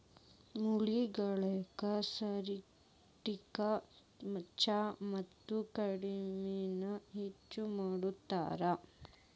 ಮಳಿಗಾಲಕ್ಕ ಸುಂಠಿ ಚಾ ಮತ್ತ ಕಾಡೆನಾ ಹೆಚ್ಚ ಕುಡಿತಾರ